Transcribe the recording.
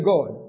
God